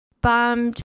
bummed